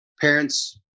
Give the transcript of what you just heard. Parents